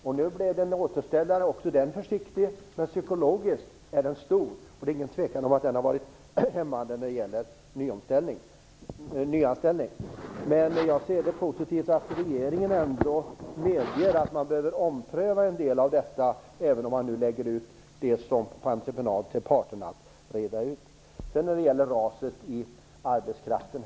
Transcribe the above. Nu kommer en försiktig återställare, men psykologiskt är den stor. Det är ingen tvekan om att den har varit hämmande när det gäller nyanställningar. Men jag anser att det är positivt att regeringen ändå medger att man behöver ompröva en del av detta, även om man nu lägger ut det på entreprenad till parterna. Så till talet om raset i arbetstillfällen.